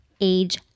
Age